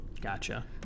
Gotcha